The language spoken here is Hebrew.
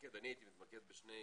הייתי מתמקד בשני